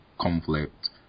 conflict